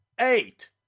eight